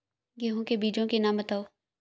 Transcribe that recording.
गेहूँ के बीजों के नाम बताओ?